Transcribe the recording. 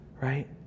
right